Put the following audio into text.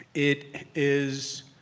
it is